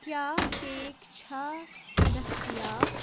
کیٛاہ کیک چھا دٔستیاب